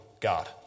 God